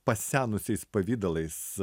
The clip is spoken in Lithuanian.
pasenusiais pavidalais